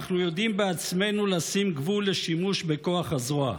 אנחנו יודעים בעצמנו לשים גבול לשימוש בכוח הזרוע.